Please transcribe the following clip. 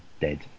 dead